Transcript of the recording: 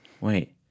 Wait